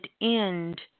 end